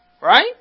Right